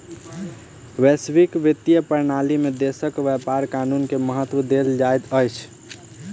वैश्विक वित्तीय प्रणाली में देशक व्यापार कानून के महत्त्व देल जाइत अछि